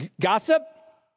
Gossip